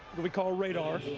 we call radar,